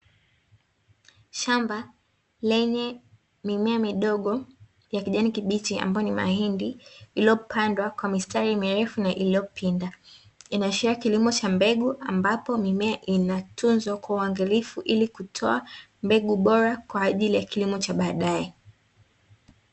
Shamba lenye mimea midogo ya kijani kibichi ambayo ni mahindi iliyopandwa kwa mistari mirefu na iliyopinda, inaashiria kilimo cha mbegu ambapo mimea inatunzwa kwa uangalifu, ili kutoa mbegu bora kwa ajili ya kilimo cha baadae.